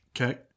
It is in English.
Okay